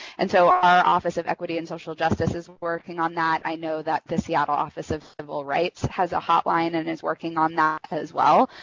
and so our office of equity and social justice is working on that. i know the seattle office of civil rights has a hotline and is working on that as well.